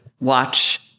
watch